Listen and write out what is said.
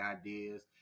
ideas